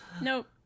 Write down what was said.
nope